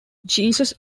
jesus